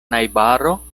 najbaro